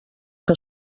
que